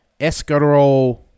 escarole